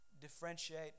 differentiate